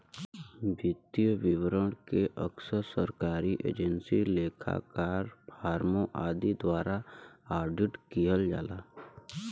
वित्तीय विवरण के अक्सर सरकारी एजेंसी, लेखाकार, फर्मों आदि द्वारा ऑडिट किहल जाला